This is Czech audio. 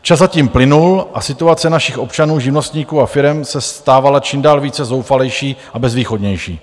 Čas zatím plynul a situace našich občanů, živnostníků a firem se stávala čím dál zoufalejší a bezvýchodnější.